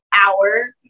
hour